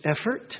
effort